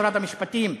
שרת המשפטים,